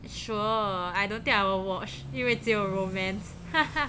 sure I don't think I will watch 因为只有 romance